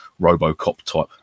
RoboCop-type